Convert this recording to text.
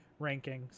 rankings